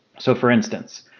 so for instance,